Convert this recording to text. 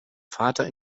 vater